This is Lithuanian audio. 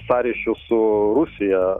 sąryšiu su rusija